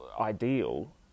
ideal